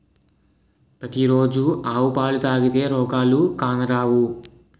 పతి రోజు ఆవు పాలు తాగితే రోగాలు కానరావు